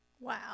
Wow